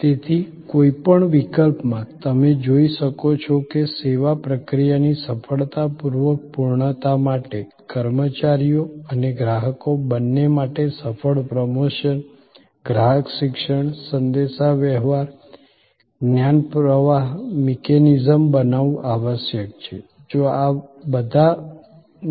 તેથી કોઈપણ વિકલ્પમાં તમે જોઈ શકો છો કે સેવા પ્રક્રિયાની સફળતાપૂર્વક પૂર્ણતા માટે કર્મચારીઓ અને ગ્રાહકો બંને માટે સફળ પ્રમોશન ગ્રાહક શિક્ષણ સંદેશાવ્યવહાર જ્ઞાન પ્રવાહ મિકેનિઝમ બનાવવું આવશ્યક છેજો આ બધા